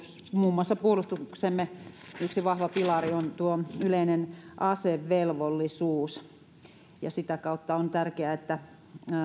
muun muassa puolustuksemme yksi vahva pilari on yleinen asevelvollisuus ja sitä kautta on tärkeää esimerkiksi että